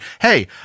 Hey